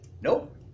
Nope